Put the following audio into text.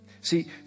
See